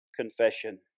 confession